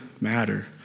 matter